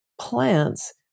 plants